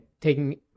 taking